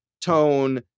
tone